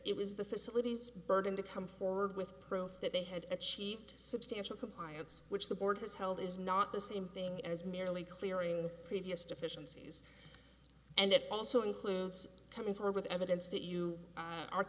it was the facilities burden to come forward with proof that they had achieved substantial compliance which the board has held is not the same thing as merely clearing previous deficiencies and it also includes coming forward evidence that you